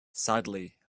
sadly